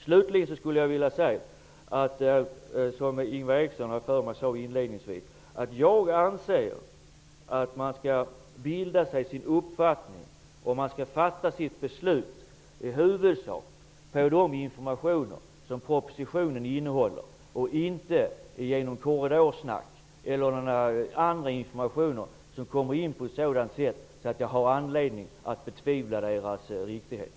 Slutligen vill jag säga, som Ingvar Eriksson inledningsvis sade, att man skall bilda sig sin uppfattning och fatta sitt beslut i huvudsak med ledning av de informationer som propositionen innehåller. Det skall inte ske genom korridorsnack eller genom någon annan information som kommer på ett sådant sätt att man får anledning att betvivla dess riktighet.